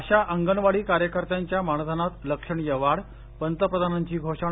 आशा आंगणवाडी कार्यकर्त्यांच्या मानधनात लक्षणीय वाढ पंतप्रधानांची घोषणा